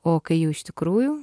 o kai jau iš tikrųjų